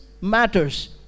matters